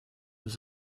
was